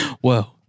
Whoa